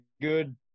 good